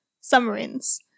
submarines